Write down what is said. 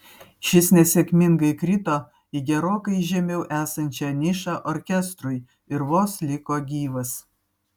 šis nesėkmingai krito į gerokai žemiau esančią nišą orkestrui ir vos liko gyvas